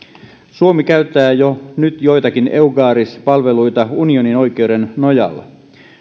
suomi käyttää jo nyt joitakin eucaris palveluita unionin oikeuden nojalla